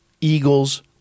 eagles